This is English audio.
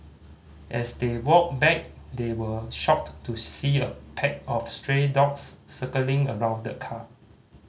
as they walked back they were shocked to see a pack of stray dogs circling around the car